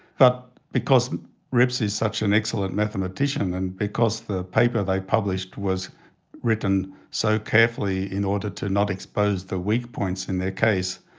but because rips is such an excellent mathematician, and because the paper they published was written so carefully in order to not expose the weak points in their case,